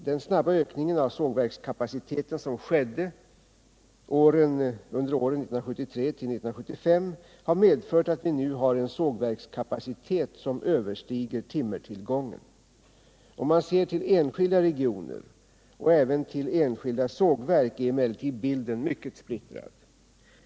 Den snabba ökning av sågverkskapaciteten som skedde under åren 1973 till 1975 har medfört att vi nu har en sågverkskapacitet som överstiger timmertillgången. Om man ser till enskilda regioner och även till enskilda sågverk är emellertid bilden mycket splittrad.